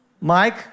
Mike